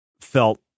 felt